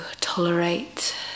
tolerate